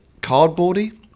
cardboardy